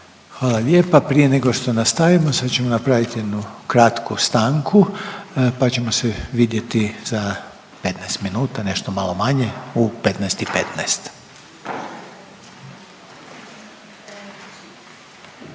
Hvala lijepa. Prije nego što nastavimo sad ćemo napraviti jednu kratku stanku pa ćemo se vidjeti za 15 minuta nešto malo manje u 15 i 15.